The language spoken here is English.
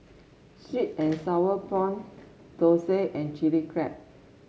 sweet and sour prawn thosai and Chili Crab